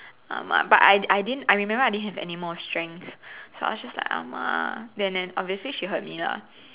ah-ma but I I didn't I remember I didn't have any more strength so I was just like ah-ma then then obviously she heard me lah